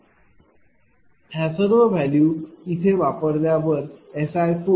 SI4।V।4 4P4x3 Q4r32 4P4r3Q4x3।V।2 आणि ह्या सर्व व्हॅल्यू इथे वापरल्या वर SI40